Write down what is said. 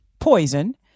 Poison